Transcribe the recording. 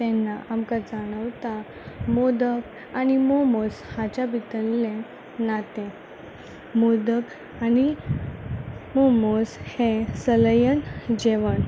तेन्ना आमकां जाणवता मोदक आनी मोमोज हांच्या भितरलीं नातीं मोदक आनी मोमोज हें सलयन जेवण